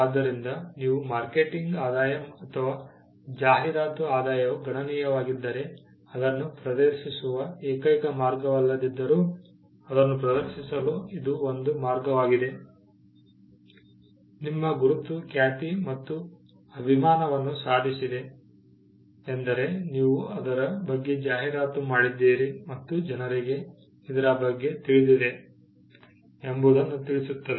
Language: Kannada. ಆದ್ದರಿಂದ ನಿಮ್ಮ ಮಾರ್ಕೆಟಿಂಗ್ ಆದಾಯ ಅಥವಾ ಜಾಹೀರಾತು ಆದಾಯವು ಗಣನೀಯವಾಗಿದ್ದರೆ ಅದನ್ನು ಪ್ರದರ್ಶಿಸುವ ಏಕೈಕ ಮಾರ್ಗವಲ್ಲದಿದ್ದರೂ ಅದನ್ನು ಪ್ರದರ್ಶಿಸಲು ಇದು ಒಂದು ಮಾರ್ಗವಾಗಿದೆ ನಿಮ್ಮ ಗುರುತು ಖ್ಯಾತಿ ಮತ್ತು ಅಭಿಮಾನವನ್ನು ಸಾಧಿಸಿದೆ ಎಂದರೆ ನೀವು ಅದರ ಬಗ್ಗೆ ಜಾಹೀರಾತು ಮಾಡಿದ್ದೀರಿ ಮತ್ತು ಜನರಿಗೆ ಇದರ ಬಗ್ಗೆ ತಿಳಿದಿದೆ ಎಂಬುದನ್ನು ತಿಳಿಸುತ್ತದೆ